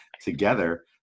together